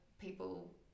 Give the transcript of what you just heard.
people